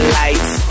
lights